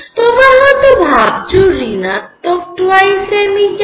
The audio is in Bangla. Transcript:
তোমরা হয়ত ভাবছ ঋণাত্মক 2 m E কেন